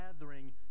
gathering